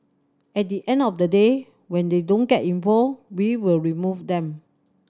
at the end of the day when they don't get involved we will remove them